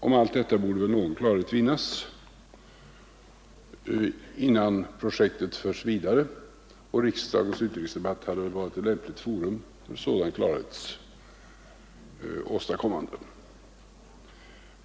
Om allt detta borde väl någon klarhet vinnas innan projektet förs vidare, och riksdagens utrikesdebatt hade väl varit ett lämpligt forum för sådan klarhets åstadkommande.